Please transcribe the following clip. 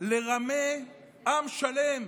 לרמות עם שלם?